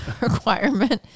requirement